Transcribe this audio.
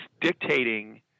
dictating